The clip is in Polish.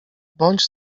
bądź